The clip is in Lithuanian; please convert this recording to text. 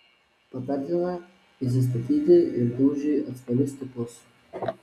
patartina įsistatyti ir dūžiui atsparius stiklus